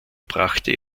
brachte